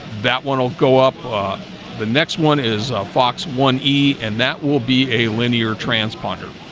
that one will go up the next one is fox one e and that will be a linear transponder